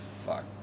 fuck